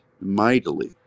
mightily